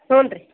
ಹ್ಞೂ ರೀ